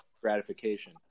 gratification